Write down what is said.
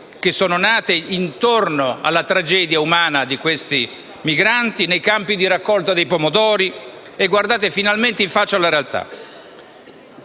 baraccopoli nate intorno alla tragedia umana di questi migranti, nei campi di raccolta dei pomodori e guardate finalmente in faccia la realtà.